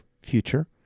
future